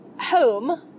Home